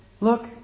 look